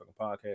podcast